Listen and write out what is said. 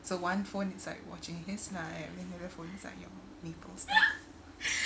so like one phone is like watching his live and the other phone is like your maples lah